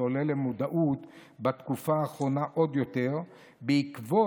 שעולה למודעות בתקופה האחרונה עוד יותר בעקבות